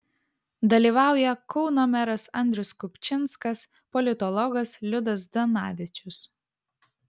dalyvauja kauno meras andrius kupčinskas politologas liudas zdanavičius